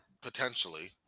potentially